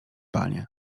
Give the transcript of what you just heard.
panie